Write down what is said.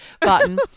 button